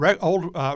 old